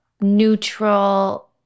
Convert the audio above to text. neutral